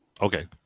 Okay